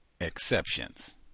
exceptions